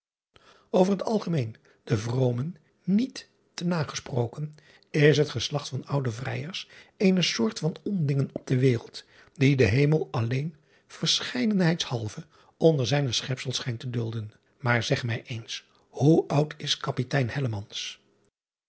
ver t algemeen den vromen niet niet te na gesproken is het geslacht van oude vrijers eene soort van ondingen op de wereld die de hemel alleen verscheidenheidshalve onder zijne schepsels schijnt te dulden aar zeg mij eens hoe oud is apitein